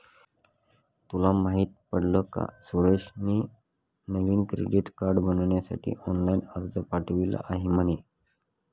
तुला माहित पडल का सुरेशने नवीन क्रेडीट कार्ड बनविण्यासाठी ऑनलाइन अर्ज पाठविला आहे म्हणे